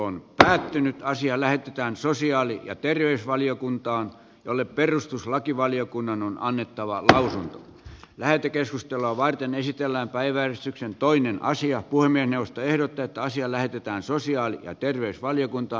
puhemiesneuvosto ehdottaa että asia lähetetään sosiaali ja terveysvaliokuntaan jolle perustuslakivaliokunnan on annettava käydään lähetekeskustelua varten esitellään päivä sitten toinen asia kuin minusta ehdot täyttä asia lähetetään sosiaali ja terveysvaliokunta